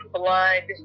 blood